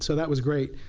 so that was great.